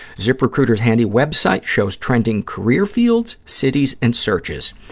ziprecruiter's handy web site shows trending career fields, cities and searches.